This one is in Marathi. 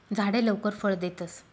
झाडे लवकर फळ देतस